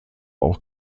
auch